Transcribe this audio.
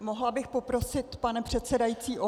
Mohla bych poprosit, pane předsedající, o klid?